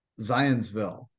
Zionsville